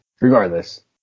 Regardless